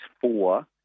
four